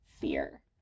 fear